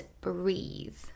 breathe